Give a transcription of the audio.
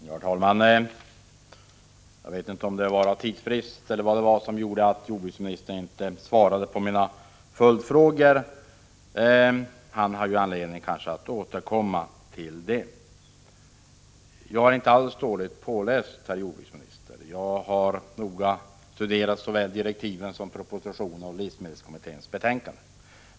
Herr talman! Jag vet inte om det var av tidsbrist eller av något annat skäl som jordbruksministern inte svarade på mina följdfrågor. Jag hoppas att han finner anledning att återkomma till dem. Jag är inte alls dåligt påläst, herr jordbruksminister. Jag har noga studerat såväl direktiven som livsmedelskommitténs betänkande och propositionen.